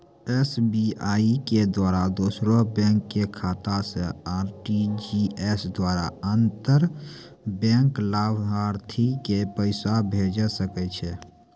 SBI के द्वारा दोसरो बैंको के शाखा से आर.टी.जी.एस द्वारा अंतर बैंक लाभार्थी के पैसा भेजै सकै छै